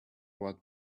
what